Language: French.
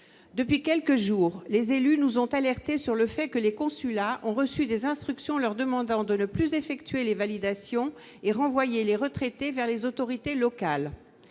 Depuis quelques jours, les élus nous ont alertés sur le fait que les consulats ont reçu des instructions leur demandant de ne plus effectuer les validations et de renvoyer les retraités vers les autorités locales.